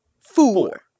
four